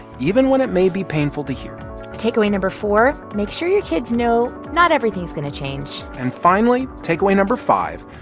even when it may be painful to hear takeaway number four make sure your kids know not everything's going to change and finally, takeaway number five,